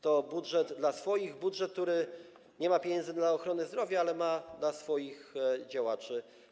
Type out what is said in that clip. To budżet dla swoich, budżet, który nie ma pieniędzy na ochronę zdrowia, ale ma na swoich działaczy.